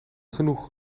genoeg